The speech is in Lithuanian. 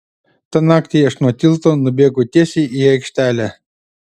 tą naktį aš nuo tilto nubėgau tiesiai į aikštelę